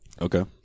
Okay